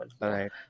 right